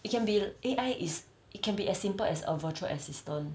it can be A_I is it can be as simple as a virtual assistant